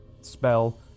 spell